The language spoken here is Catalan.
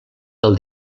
del